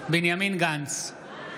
בנימין גנץ,